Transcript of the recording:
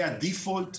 זה הדיפולט.